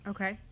Okay